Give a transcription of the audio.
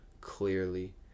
clearly